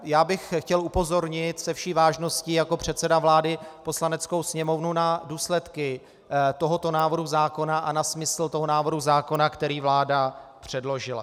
Já bych chtěl upozornit se vší vážností jako předseda vlády Poslaneckou sněmovnu na důsledky tohoto návrhu zákona a na smysl toho návrhu zákona, který vláda předložila.